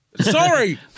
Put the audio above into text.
Sorry